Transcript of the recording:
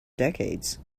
decades